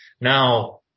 Now